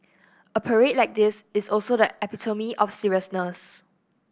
a parade like this is also that epitome of seriousness